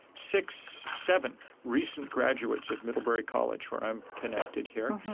six seven recent graduates of middlebury college where i'm connected here.